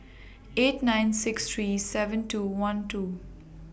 eight nine six three seven two one two